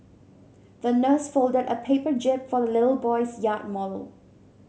the nurse folded a paper jib for the little boy's yacht model